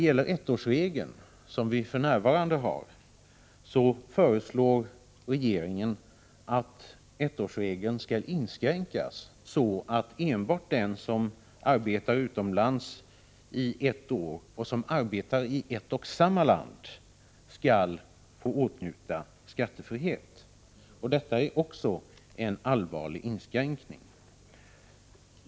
Den ettårsregeln som för närvarande gäller föreslår regeringen skall inskränkas så att enbart den som arbetar utomlands i ett år i ett och samma land skall få åtnjuta skattefrihet. Även detta är en allvarlig inskränkning.